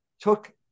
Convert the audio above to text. took